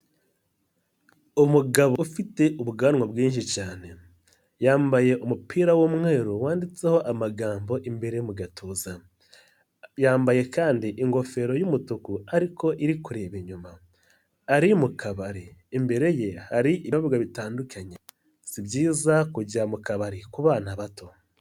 Umugabo ufite ubwanwa bwinshi cyane, yambaye umupira w'umweru wanditseho amagambo imbere mu gatuza, yambaye kandi ingofero y'umutuku ariko iri kureba inyuma, ari mu kabari imbere ye hari ibinywobwa bitandukanye, si byiza kujya mu kabari ku bana bato.